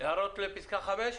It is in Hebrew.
הערות לפסקה (5)?